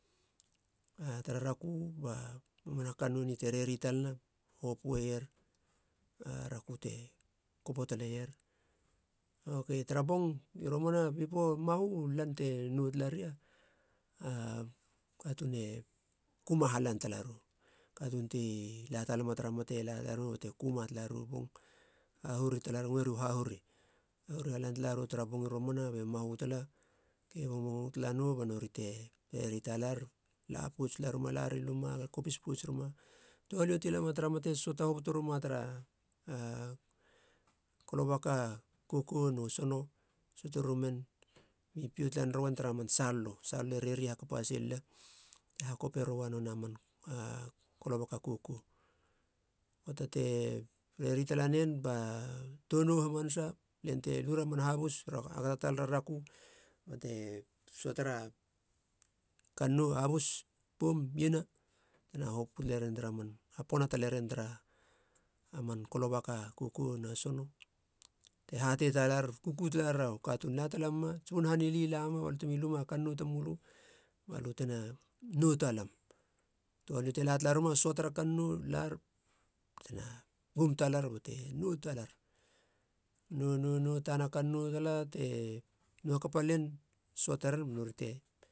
A tara rakö ba mamana kannou ni te reri talana hopue ier a raku te kopo taleier, okei tara bongi romana bipo mahu u lan te nou talaria, u katuun e kuma halan tala rou katuun ti la talama tara mate la tala ruma bate kuma tala rou bong hahuru talarou, ngoeri hahuru hahuru halan talarou tara bong romana be mahu tala be bongbong tala nou ba nori te reri talar, lapouts talarima lari luma na kopis pouts rima, touhalio ti lama tara mate, söata hoboto rima tara a kalobaka kokou nu sono, söate rumen mi pio tala naroen tara man salolo, salolo e reri hakapa hase lila te hakope roua nonei a man kalobaka kokou. Poata te reri talanen ba a tou nou hamanasa. Len te lura a man habus, akata talera raku bate söatera kannou habus poum, iena tena hopu taleren tara man, hapona taleren tara man kalobaka kokou sono bate hate talar, kuku talarena katuun, la tala muma ats bun han ili, lamuma balö temi luma kannou tamölö balö tena nou talam. Touhalio te la tala rima, söatera kannou lar bate nou talar. Nou, nou, nou, tana kannou tala te nou hakapa len söate ren ba nori te